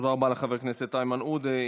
תודה רבה לחבר הכנסת איימן עודה.